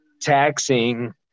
taxing